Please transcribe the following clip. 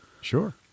sure